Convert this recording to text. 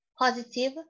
Positive